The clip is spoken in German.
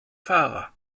fahrer